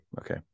okay